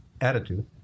attitude